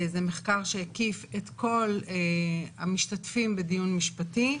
זה מחקר שהקיף את כל המשתתפים בדיון משפטי,